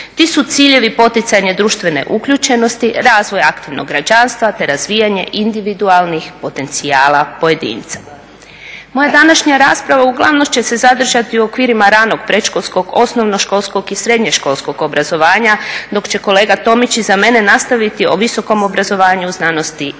Ti su ciljevi poticanje društvene uključenosti, razvoj aktivnog građanstva te razvijanje individualnih potencijala pojedinca. Moja današnja rasprava uglavnom će se zadržati u okvirima ranog, predškolskog, osnovnoškolskog i srednjoškolskog obrazovanja dok će kolega Tomić iza mene nastaviti o visokom obrazovanju, znanosti i